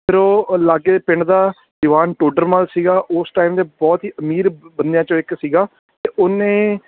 ਫਿਰ ਉਹ ਲਾਗੇ ਪਿੰਡ ਦਾ ਦੀਵਾਨ ਟੋਡਰ ਮੱਲ ਸੀਗਾ ਉਸ ਟਾਈਮ ਦੇ ਬਹੁਤ ਹੀ ਅਮੀਰ ਬੰਦਿਆਂ 'ਚੋਂ ਇੱਕ ਸੀਗਾ ਅਤੇ ਉਹਨੇ